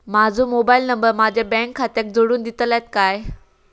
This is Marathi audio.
माजो मोबाईल नंबर माझ्या बँक खात्याक जोडून दितल्यात काय?